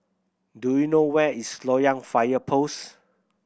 do you know where is Loyang Fire Post